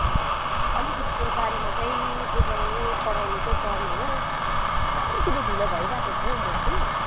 हजर अलिकति यो बारेमा चाहिँ बझाउनु पढाउनु चाहिँ पर्ने हो र अलिकति ढिलो भइरहेको छु हौ म कि